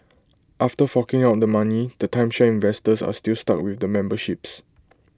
after forking out the money the timeshare investors are still stuck with the memberships